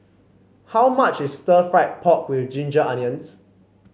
how much is Stir Fried Pork with Ginger Onions